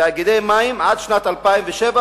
תאגידי מים עד שנת 2007,